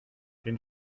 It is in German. den